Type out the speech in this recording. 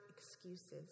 excuses